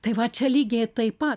tai va čia lygiai taip pat